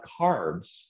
carbs